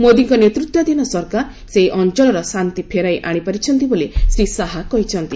ମୋଦିଙ୍କ ନେତୃତ୍ୱାଧୀନ ସରକାର ସେହି ଅଞ୍ଚଳର ଶାନ୍ତି ଫେରାଇ ଆଶିପାରିଛନ୍ତି ବୋଲି ଶ୍ରୀ ଶାହା କହିଛନ୍ତି